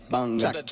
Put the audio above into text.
Jack